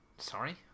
Sorry